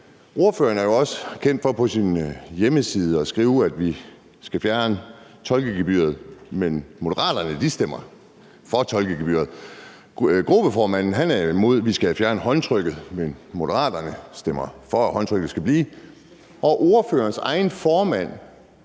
ordføreren er også kendt for på sin hjemmeside at skrive, at vi skal fjerne tolkegebyret, men Moderaterne stemmer for tolkegebyret. Gruppeformanden er imod, at vi skal have fjernet håndtrykket, men Moderaterne stemmer for, at håndtrykket skal blive. Og ordførerens egen formand